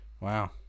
Wow